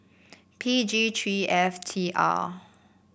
P G three F T R